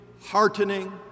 heartening